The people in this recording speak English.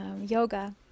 yoga